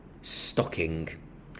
stocking